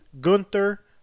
Gunther